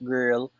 Girl